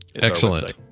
Excellent